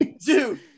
dude